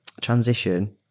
transition